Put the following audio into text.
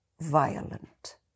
violent